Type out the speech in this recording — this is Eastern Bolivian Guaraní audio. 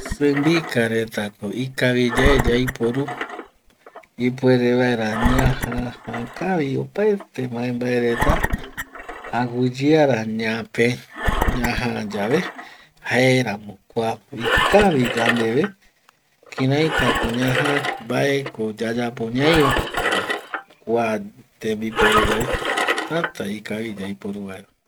Simbika retako ikaviyae yaiporu ipuere vaera ñajaja kavi opaete mbae mbae retaaguiyeara ñape ñaja yave, jaeramo kua ikavi yandeve kiraitako ñaja mbaeko mbaeko yayapo ñaiva jare kua tembiporu rai täta ikavi yaiporu vaera